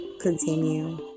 continue